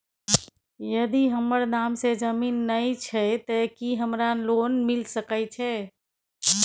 यदि हमर नाम से ज़मीन नय छै ते की हमरा लोन मिल सके छै?